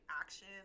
action